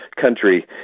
country